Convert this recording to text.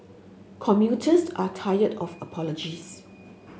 commuters are tired of apologies